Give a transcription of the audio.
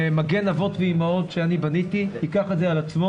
מגן אבות ואמהות שבניתי ייקח את זה על עצמו,